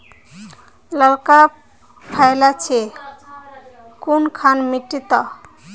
लालका फलिया छै कुनखान मिट्टी त?